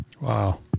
Wow